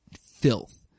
filth